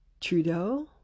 Trudeau